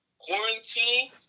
Quarantine